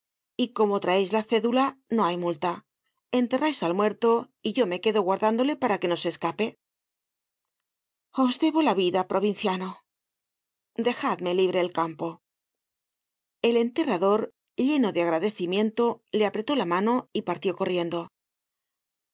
y como traeis la cédula no hay multa enterrais el muerto y yo me quedo guardándole para que no se escape os debo la vida provinciano dejadme libre el campo el enterrador lleno de agradecimiento le apretó la mano y partió corriendo asi